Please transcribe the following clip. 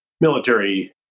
military